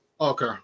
Okay